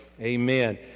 Amen